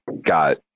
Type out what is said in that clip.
got